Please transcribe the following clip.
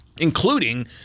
including